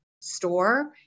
store